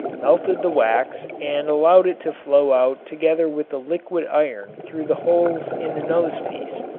melted the wax and allowed it to flow out together with the liquid iron through the holes in the nose-piece.